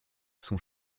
son